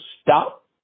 stop